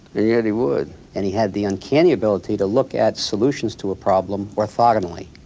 yet he would. and he had the uncanny ability to look at solutions to a problem orthogonally.